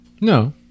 No